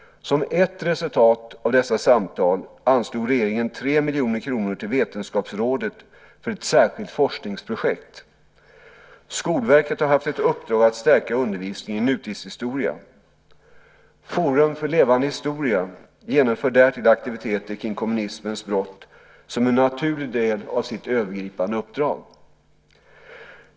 Som ett resultat av dessa samtal anslog regeringen 3 miljoner kronor till Vetenskapsrådet för ett särskilt forskningsprojekt. Skolverket har haft ett uppdrag att stärka undervisningen i nutidshistoria. Forum för levande historia genomför därtill aktiviteter kring kommunismens brott som en naturlig del av sitt övergripande uppdrag.